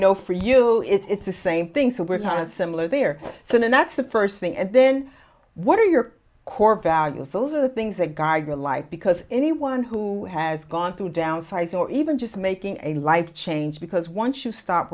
know for you it's the same thing so we're kind of similar there so and that's the first thing and then what are your core values those are the things that geiger like because anyone who has gone through downsizing or even just making a life change because once you stop